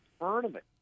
tournament